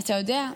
אתה יודע,